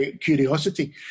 curiosity